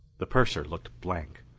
the purser looked blank.